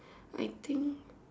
I think